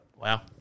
Wow